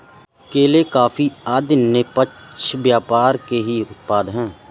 केले, कॉफी आदि निष्पक्ष व्यापार के ही उत्पाद हैं